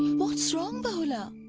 what's wrong, bahula?